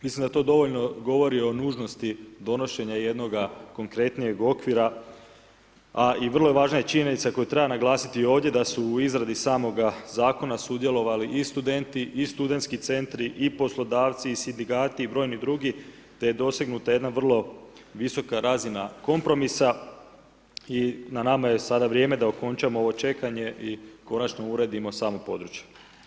Mislim da to dovoljno govori o nužnosti donošenje jednoga konkretnijeg okvira a i vrlo je važna činjenica koju treba naglasiti ovdje, da su u izradi samoga zakona sudjelovali i studenti i studentski centri i poslodavci i sindikati i brojni drugi, te je dosegnuta jedna vrlo visoka razina kompromisa i na nama je sada vrijeme da okončamo ovo čekanje i konačno uredimo samo područje.